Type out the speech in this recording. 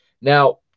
Now